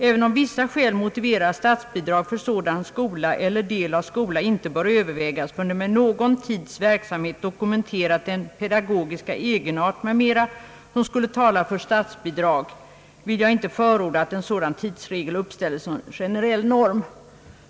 Även om vissa skäl motiverar att statsbidrag för sådan skola eller del av skola inte bör övervägas förrän den med någon tids verksamhet dokumenterat den pedagogiska egenart m.m. som skulle tala för statsbidrag, ville departementschefen — framhölls det 1962 — inte förorda att en sådan tidsregel uppställes som generell norm.